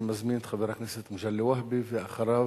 אני מזמין את חבר הכנסת מגלי והבה, ואחריו,